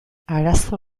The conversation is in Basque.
arazo